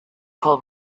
call